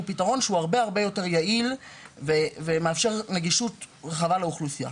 פתרון שהרבה יותר יעיל ומאפשר נגישות רחבה האוכלוסייה,